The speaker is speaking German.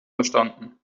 verstanden